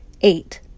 eight